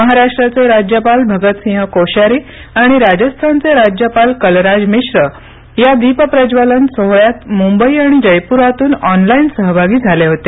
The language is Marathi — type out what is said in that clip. महाराष्ट्राचे राज्यपाल भगत सिंह कोश्यारी आणि राजस्थान चे राज्यपाल कलराज मिश्र या दीपप्रज्वलन सोहळ्यात मंबई आणि जयप्रातून ऑनलाईन सहभागी झाले होते